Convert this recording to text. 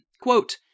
Quote